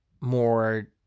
more